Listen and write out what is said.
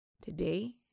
Today